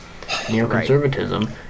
neoconservatism